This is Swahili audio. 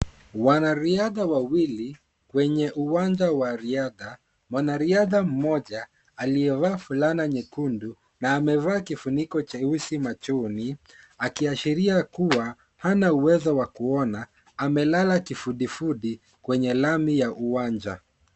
Wanariadha wawili, kwenye uwanja wa riadha, mwanariadha moja, aliyevaa fulana nyekundu na amevaa kifuniko cheusi machoni, akiashiria kuwa hana uwezo wa kuona , amelala kifudifudi kwenye lami ya uwanja.